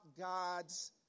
God's